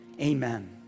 Amen